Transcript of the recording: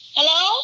Hello